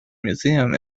museum